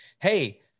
hey